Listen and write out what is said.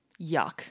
yuck